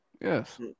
Yes